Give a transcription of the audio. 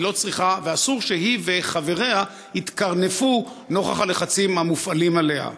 ואסור שהיא וחבריה יתקרנפו נוכח הלחצים המופעלים עליהם.